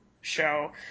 show